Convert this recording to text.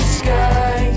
sky